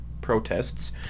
protests